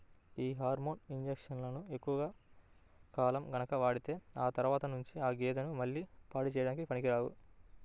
యీ హార్మోన్ ఇంజక్షన్లు ఎక్కువ కాలం గనక వాడితే ఆ తర్వాత నుంచి ఆ గేదెలు మళ్ళీ పాడి చేయడానికి పనికిరావు